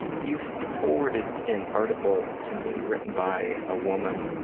you forwarded an article to me written by a woman